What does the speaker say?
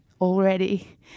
already